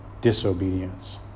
disobedience